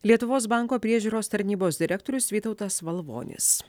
lietuvos banko priežiūros tarnybos direktorius vytautas valvonis